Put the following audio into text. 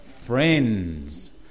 Friends